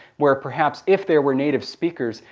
where perhaps if there were native speakers,